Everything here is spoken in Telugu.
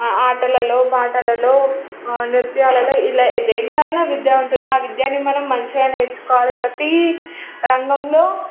ఆటలలో పాటలలో నృత్యాలలో ఇలా దేంట్లో అయినా విద్య ఉంటుంది ఆ విద్యని మనం మంచిగా నేర్చుకోవాలి ప్రతి రంగంలో